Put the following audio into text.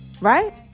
right